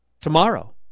Tomorrow